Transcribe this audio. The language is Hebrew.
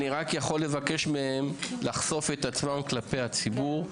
אני רק יכול לבקש מהם לחשוף את עצמם בפני הציבור.